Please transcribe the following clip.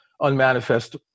unmanifest